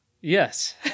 Yes